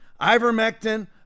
ivermectin